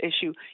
issue